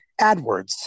AdWords